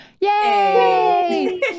yay